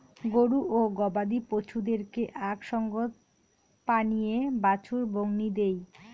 গরু ও গবাদি পছুদেরকে আক সঙ্গত পানীয়ে বাছুর বংনি দেই